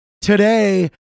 today